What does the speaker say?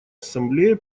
ассамблея